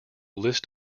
list